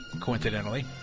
coincidentally